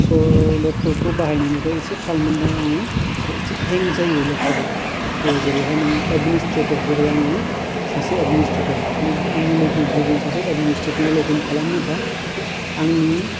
स' लेपतप खौ बाहायनायनिफ्राय इसे थाल मोनदों आङो स' इसे हें जायो लेपतप आ स' जेरै नोङो एदमिनिस्त्रेतर जेरै आङो सासे एदमिनिस्त्रेतर जुदि आंनि लोगो गुबुन सासे एदमिनिस्त्रेतर आ लगिन खालामोब्ला आंनि